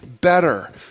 better